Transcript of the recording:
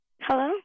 Hello